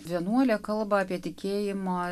vienuolė kalba apie tikėjimo